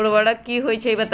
उर्वरक की होई छई बताई?